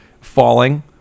falling